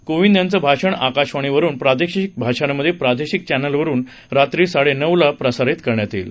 कोविंद यांचं भाषण आकाशवाणीवरून प्रादेशिक भाषांमध्ये प्रादेशिक चॅनलवरुन रात्री साडेनऊला प्रसारित करण्यात येईल